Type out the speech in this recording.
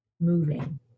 moving